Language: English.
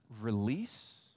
release